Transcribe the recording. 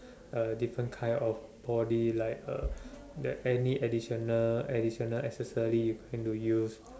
uh different kind of body like uh the any additional additional accessory you tend to use